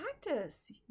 practice